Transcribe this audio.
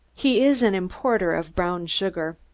he is an importer of brown sugar.